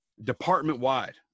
department-wide